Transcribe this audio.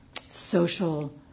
social